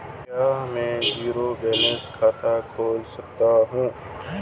क्या मैं zero balance खाता खोल सकता हूँ?